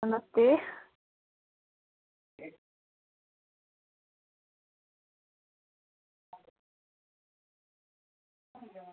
नमस्ते